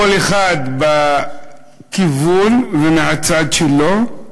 כל אחד בכיוון ומהצד שלו.